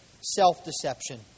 self-deception